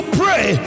pray